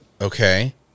okay